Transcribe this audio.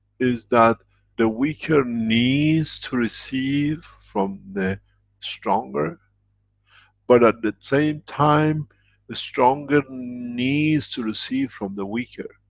is that the weaker needs to receive from the stronger but at the same time the stronger needs to receive from the weaker,